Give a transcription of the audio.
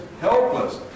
helpless